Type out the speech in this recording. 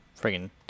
friggin